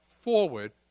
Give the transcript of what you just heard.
forward